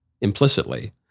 implicitly